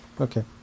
okay